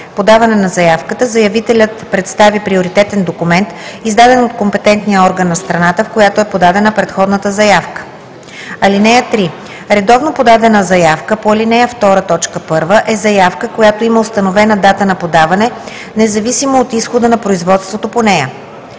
подаване на заявката заявителят представи приоритетен документ, издаден от компетентния орган на страната, в която е подадена предходната заявка. (3) Редовно подадена заявка по ал. 2, т. 1 е заявка, която има установена дата на подаване независимо от изхода на производството по нея.